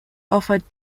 offered